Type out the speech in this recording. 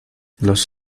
los